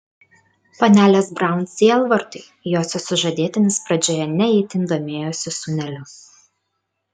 panelės braun sielvartui josios sužadėtinis pradžioje ne itin domėjosi sūneliu